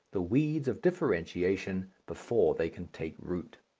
the weeds of differentiation before they can take root.